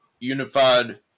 Unified